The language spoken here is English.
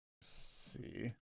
see